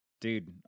dude